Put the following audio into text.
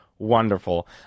wonderful